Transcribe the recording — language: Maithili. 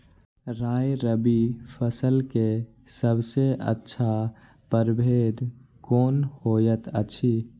राय रबि फसल के सबसे अच्छा परभेद कोन होयत अछि?